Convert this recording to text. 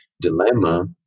Dilemma